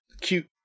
cute